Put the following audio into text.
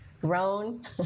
grown